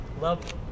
love